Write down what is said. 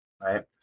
right